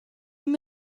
him